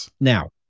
now